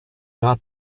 not